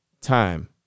time